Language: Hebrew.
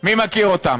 מי מכיר אותם?